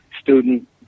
student